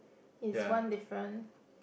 is one different